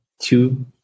two